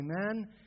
Amen